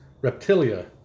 reptilia